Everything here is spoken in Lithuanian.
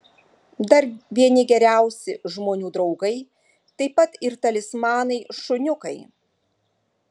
dar vieni geriausi žmonių draugai taip pat ir talismanai šuniukai